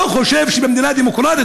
אני לא חושב שבמדינה דמוקרטית,